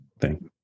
Thank